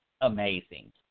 amazing